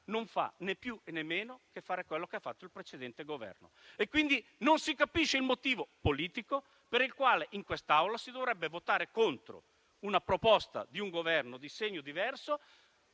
non fa né più né meno che quello che ha fatto il Governo precedente, quindi non si capisce il motivo politico per il quale in quest'Aula si dovrebbe votare contro una proposta di un Governo di segno diverso